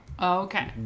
Okay